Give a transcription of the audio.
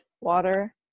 Water